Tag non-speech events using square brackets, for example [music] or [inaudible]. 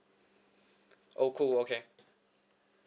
[breath] oh cool okay